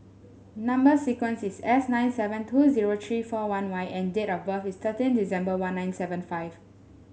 number sequence is S nine seven two zero three four one Y and date of birth is thirteen December one nine seven five